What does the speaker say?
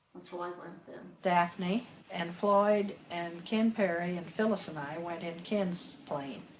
and so, i went then. daphne and floyd and ken perry and phyllis and i went in ken's plane.